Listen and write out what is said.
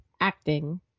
acting